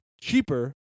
cheaper